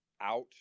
out